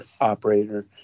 operator